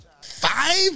five